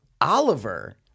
Oliver